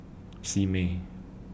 Simei